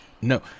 No